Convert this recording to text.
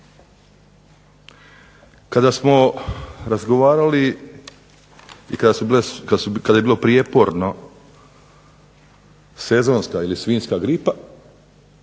Kada smo razgovarali i kada je bilo prijeporno sezonska ili svinjska gripa